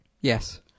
Yes